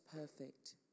perfect